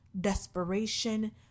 desperation